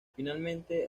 finalmente